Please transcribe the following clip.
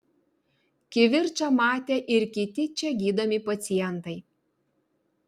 kivirčą matė ir kiti čia gydomi pacientai